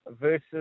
versus